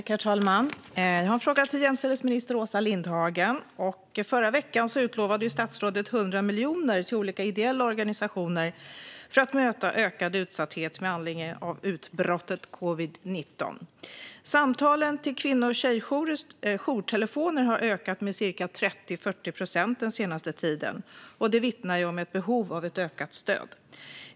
Herr talman! Jag har en fråga till jämställdhetsminister Åsa Lindhagen. Förra veckan utlovade statsrådet 100 miljoner till olika ideella organisationer för att möta ökad utsatthet med anledning av utbrottet av covid19. Samtalen till kvinno och tjejjourers jourtelefoner har ökat med 30-40 procent den senaste tiden, vilket vittnar om ett behov av ökat stöd.